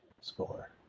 score